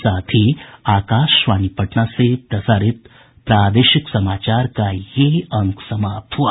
इसके साथ ही आकाशवाणी पटना से प्रसारित प्रादेशिक समाचार का ये अंक समाप्त हुआ